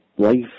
life